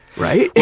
right? yeah